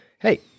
hey